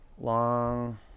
long